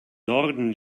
norden